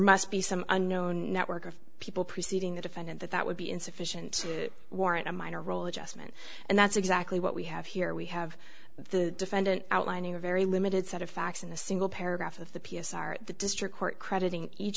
must be some unknown network of people preceding the defendant that that would be insufficient to warrant a minor role adjustment and that's exactly what we have here we have the defendant outlining a very limited set of facts in the single paragraph of the p s r the district court crediting each